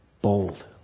bold